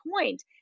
point